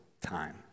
time